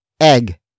egg